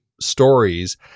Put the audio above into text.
stories